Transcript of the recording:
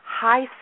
high